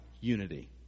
unity